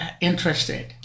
interested